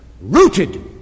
rooted